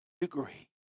degree